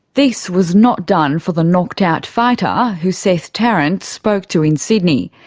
this was not done for the knocked-out fighter who seth tarrant spoke to in sydney.